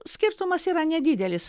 skirtumas yra nedidelis